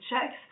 checks